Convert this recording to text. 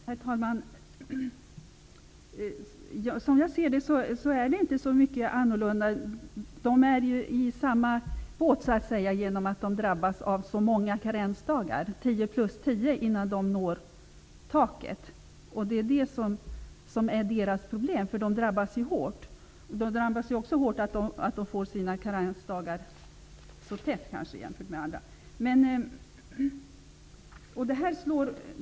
Herr talman! Som jag ser det är den inte så annorlunda. De är ju i samma båt genom att de drabbas av så många karensdagar, tio plus tio, innan de når taket. Det är deras problem. De drabbas ju hårt. De drabbas ju också hårt av att de kanske får sina karensdagar så tätt jämfört med andra. Det slår hårt.